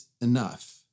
enough